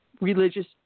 religious